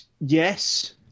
Yes